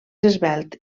esvelt